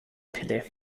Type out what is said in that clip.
pille